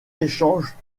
échange